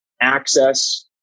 access